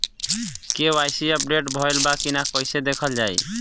KYC update भइल बा कि ना कइसे देखल जाइ?